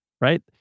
right